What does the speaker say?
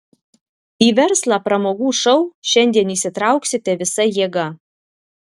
į verslą pramogų šou šiandien įsitrauksite visa jėga